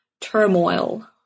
turmoil